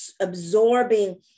absorbing